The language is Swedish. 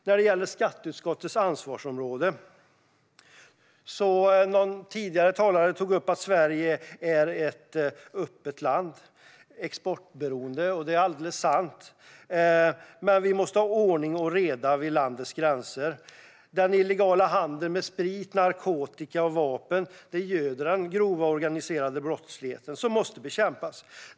När det gäller skatteutskottets ansvarsområde tog en tidigare talare upp att Sverige är ett öppet och exportberoende land, och det är alldeles sant. Men vi måste ha ordning och reda vid landets gränser. Den illegala handeln med sprit, narkotika och vapen göder den grova organiserade brottsligheten, som måste bekämpas.